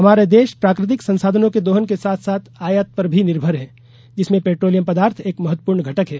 हमारा देश प्राकृतिक संसाधनों के दोहन के साथ साथ आयात पर भी निर्भर है जिसमें पेट्रोलियम पदार्थ एक महत्वपूर्ण घटक है